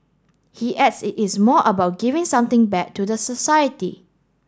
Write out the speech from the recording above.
he adds that it is more about giving something back to the society